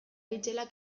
itzelak